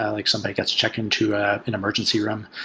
ah like somebody gets checked in to ah an emergency room.